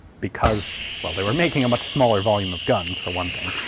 because, well, they were making a much smaller volume of guns for one thing,